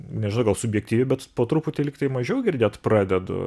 nežinau gal subjektyviai bet po truputį lyg tai mažiau girdėt pradedu